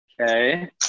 Okay